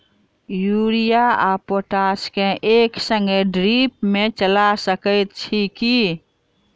Urea आ potash केँ एक संगे ड्रिप मे चला सकैत छी की?